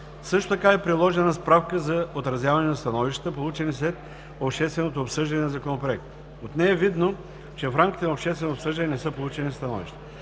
Също така е приложена справка за отразяване на становищата, получени след общественото обсъждане на Законопроекта. От нея е видно, че в рамките на общественото обсъждане не са получени становища.